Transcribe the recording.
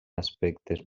aspectes